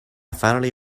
finally